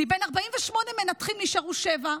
"מבין 48 מנתחים נשארו שבעה.